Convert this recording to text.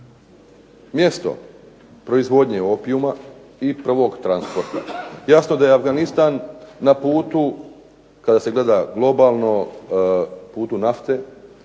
mjesto proizvodnje opijuma i prvog transporta, jasno da je Afganistan na putu kada se gleda globalno, putu nafte,